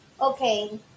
Okay